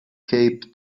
cape